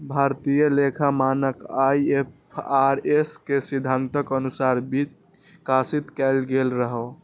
भारतीय लेखा मानक आई.एफ.आर.एस के सिद्धांतक अनुसार विकसित कैल गेल रहै